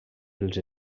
pels